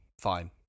fine